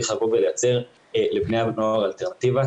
צריך לבוא ולייצר לבני הנוער אלטרנטיבה,